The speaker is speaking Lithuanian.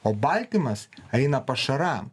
o baltymas eina pašaram